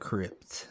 Crypt